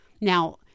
Now